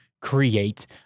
create